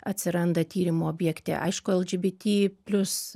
atsiranda tyrimų objekte aišku lgbt plius